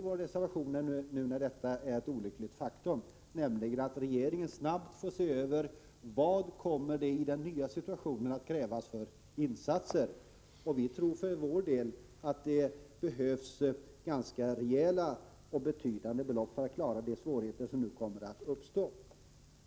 När detta nu är ett olyckligt faktum kräver vi i reservation att regeringen snabbt skall se över vilka insatser som kommer att krävas i den nya situationen. Vi tror för vår del att det behövs ganska rejäla och betydande belopp för att klara de svårigheter som nu kommer att uppstå.